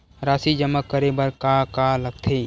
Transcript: राशि जमा करे बर का का लगथे?